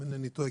אם אינני טועה,